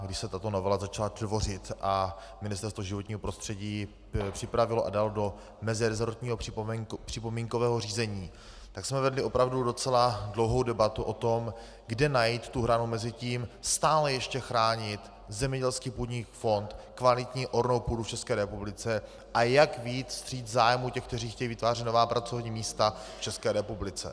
Když se tato novela začala tvořit a Ministerstvo životního prostředí ji připravilo a dalo do meziresortního připomínkového řízení, tak jsme vedli opravdu docela dlouhou debatu o tom, kde najít tu hranu mezi tím stále ještě chránit zemědělský půdní fond, kvalitní ornou půdu v České republice, a jak vyjít vstříc zájmu těch, kteří chtějí vytvářet nová pracovní místa v České republice.